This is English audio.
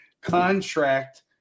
contract